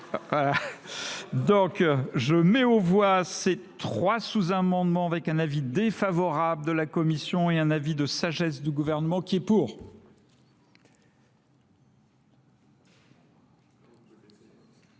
monsieur. Donc je mets au voie ces trois sous-amendements avec un avis défavorable de la Commission et un avis de sagesse du gouvernement qui est pour